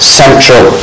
central